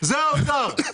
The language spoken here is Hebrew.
זה האוצר.